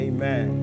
Amen